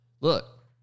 look